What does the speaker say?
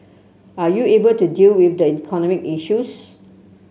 are you able to deal with the economic issues